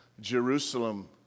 Jerusalem